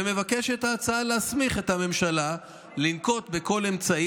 ומבקשת ההצעה להסמיך את הממשלה לנקוט כל אמצעי